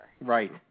right